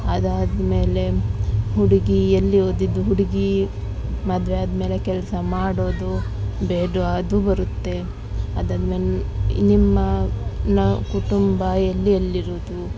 ಅದಾದ ಮೇಲೆ ಹುಡುಗಿ ಎಲ್ಲಿ ಓದಿದ್ದು ಹುಡುಗಿ ಮದುವೆ ಆದ ಮೇಲೆ ಕೆಲಸ ಮಾಡೋದು ಬೇಡವಾ ಅದು ಬರುತ್ತೆ ಅದನ್ನು ನಿಮ್ಮ ನ ಕುಟುಂಬ ಎಲ್ಲಿ ಎಲ್ಲಿರೋದು